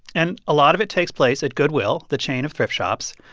and a lot of it takes place at goodwill, the chain of thrift shops.